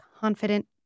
confident